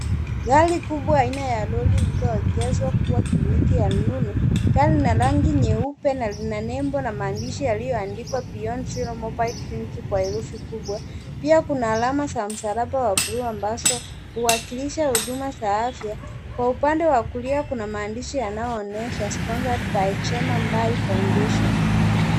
Gari kubwa aina ya Lori lililoegezwa kuwa kliniki ya rununu. Gari lina rangi nyeupe na lina nembo na maandishi yaliyoandikwa Beyond Zero Mobile Clinic kwa herufi kubwa, pia kuna alama za msalaba wa bluu ambazo huwakilisha huduma za afya. Kwa upande wa kulia kuna maandishi yanayoonyesha sponsored by Chioma Mbai Foundation.